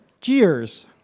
Cheers